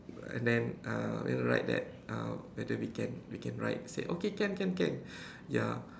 and then uh we wanna ride that uh whether we can we can ride say okay can can can ya